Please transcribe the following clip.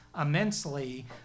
immensely